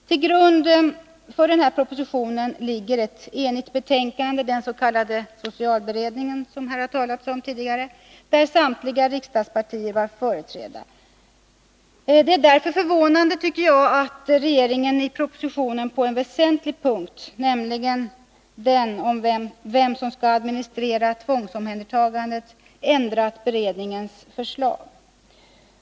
Till grund för denna proposition ligger ett enigt betänkande av den s.k. socialberedningen, som det har talats om tidigare och där samtliga riksdagspartier var företrädda. Det är därför förvånande, tycker jag, att regeringen i propositionen på en väsentlig punkt, nämligen den som gäller vem som skall administrera tvångsomhändertagandet, ändrat beredningens förslag.